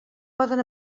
poden